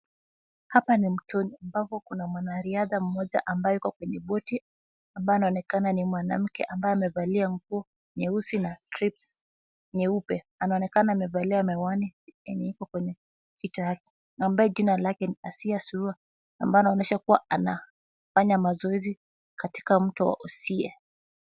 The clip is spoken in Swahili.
Hapa ni mtoni ambapo kuna mwanariadha mmoja ambaye yuko kwenye boti ambaye anaonekana ni mwanamke ambaye amevalia nguo nyeusi na strips nyeupe, anaonekana amevalia miwani enye iko kwenye kichwa yake, ambaye jina yake ni Asiya Sururu, ambaye anaonyesha kuwa anafanya mazoezi katika mto Osie.